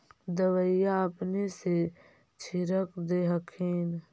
दबइया अपने से छीरक दे हखिन?